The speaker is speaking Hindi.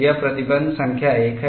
यह प्रतिबंध संख्या एक है